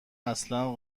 اصلا